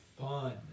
fun